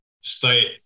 state